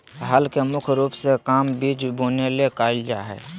हल के मुख्य रूप से काम बिज बुने ले कयल जा हइ